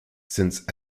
since